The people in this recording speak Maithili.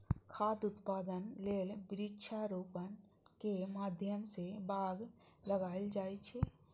खाद्य उत्पादन लेल वृक्षारोपणक माध्यम सं बाग लगाएल जाए छै